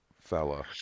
fella